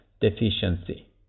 deficiency